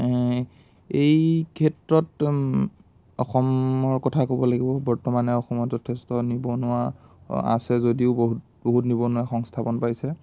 এই ক্ষেত্ৰত অসমৰ কথা ক'ব লাগিব বৰ্তমানে অসমত যথেষ্ট নিবনুৱা আছে যদিও বহুত বহুত নিবনুৱা সংস্থাপন পাইছে